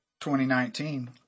2019